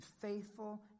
faithful